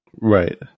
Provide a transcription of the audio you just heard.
Right